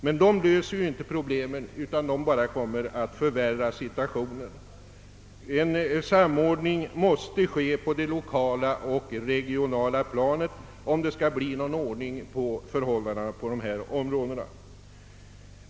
Men de löser inte problemen utan kommer bara att förvärra situationen. Det måste bli en samordning på det lokala och regionala planet, om det skall bli någon ordning på förhållandena på dessa områden.